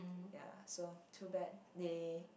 ya so too bad they